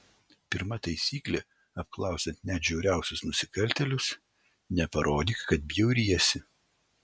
pirma taisyklė apklausiant net žiauriausius nusikaltėlius neparodyk kad bjauriesi